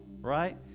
Right